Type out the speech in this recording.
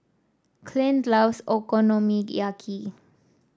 Clint loves Okonomiyaki